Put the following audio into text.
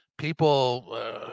People